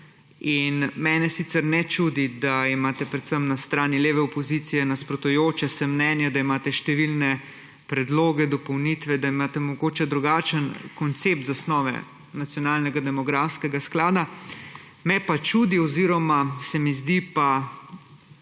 in mene sicer ne čudi, da imate predvsem na strani leve opozicije nasprotujoče si mnenje, da imate številne predloge, dopolnitve, da imate mogoče drugačen koncept zasnove nacionalnega demografskega sklada, me pa čudi oziroma se mi zdi pa